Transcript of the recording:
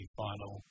final